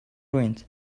ruined